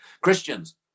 christians